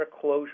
closure